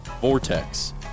Vortex